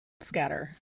Scatter